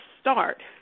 start